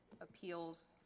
appeals